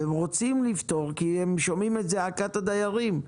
והם רוצים לפתור כי הם שומעים את זעקת הדיירים.